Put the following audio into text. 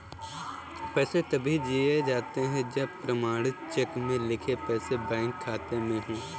पैसे तभी दिए जाते है जब प्रमाणित चेक में लिखे पैसे बैंक खाते में हो